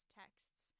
texts